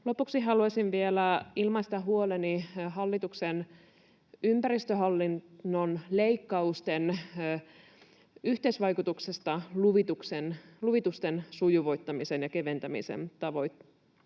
Lopuksi haluaisin vielä ilmaista huoleni hallituksen ympäristöhallinnon leikkausten ja luvitusten sujuvoittamisen ja keventämisen tavoitteiden